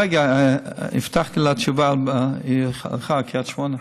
רגע, הבטחתי לה תשובה היא הלכה, על קריית שמונה.